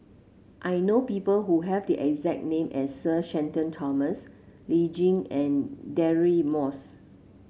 I know people who have the exact name as Sir Shenton Thomas Lee Tjin and Deirdre Moss